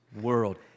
world